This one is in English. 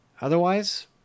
otherwise